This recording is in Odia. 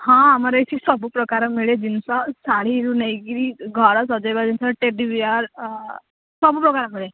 ହଁ ଆମର ଏଇଠି ସବୁପ୍ରକାର ମିଳେ ଜିନିଷ ଶାଢ଼ୀରୁ ନେଇକରି ଘର ସଜେଇବା ଜିନିଷ ଟେଡ଼ିବିୟର୍ ସବୁପ୍ରକାର ମିଳେ